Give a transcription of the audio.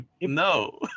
no